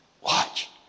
Watch